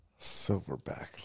Silverback